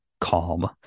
calm